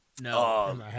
No